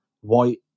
White